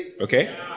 Okay